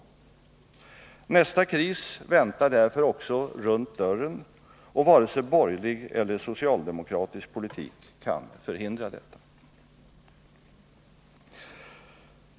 Nästa kris väntar därför också runt dörren, och varken borgerlig eller socialdemokratisk politik kan förhindra detta.